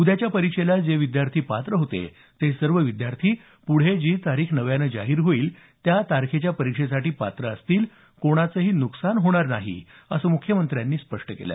उद्याच्या परीक्षेला जे विद्यार्थी पात्र होते ते सर्व विद्यार्थी पुढे जी तारीख जाहीर होईल त्या तारखेच्या परीक्षेसाठी पात्र असतील कोणाचंही नुकसान होणार नाही असंही मुख्यमंत्र्यांनी स्पष्ट केलं